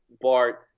Bart